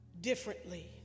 differently